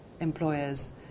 employers